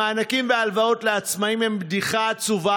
המענקים וההלוואות לעצמאים הם בדיחה עצובה.